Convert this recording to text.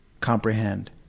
comprehend